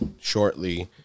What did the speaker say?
shortly